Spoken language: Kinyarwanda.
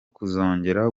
kuzongera